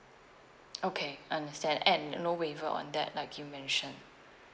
okay understand and no waiver on that like you mention